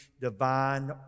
divine